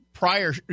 Prior